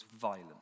violent